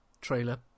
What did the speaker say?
trailer